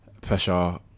pressure